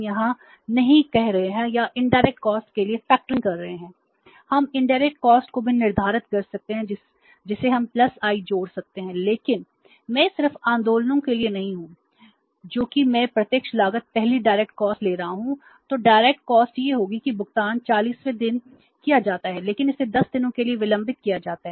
यह स्ट्रेचिंग यह होगी कि भुगतान 40 वें दिन किया जाता है लेकिन इसे 10 दिनों के लिए विलंबित किया जाता है